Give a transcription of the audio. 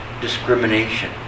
discrimination